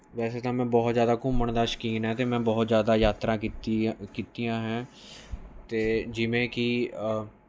ਵੈਸੇ ਤਾਂ ਮੈਂ ਬਹੁਤ ਜ਼ਿਆਦਾ ਘੁੰਮਣ ਦਾ ਸ਼ੌਕੀਨ ਹਾਂ ਅਤੇ ਮੈਂ ਬਹੁਤ ਜ਼ਿਆਦਾ ਯਾਤਰਾ ਕੀਤੀ ਆ ਕੀਤੀਆਂ ਹੈ ਅਤੇ ਜਿਵੇਂ ਕਿ